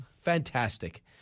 Fantastic